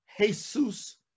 Jesus